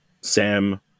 Sam